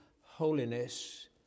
holiness